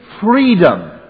freedom